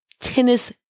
tennis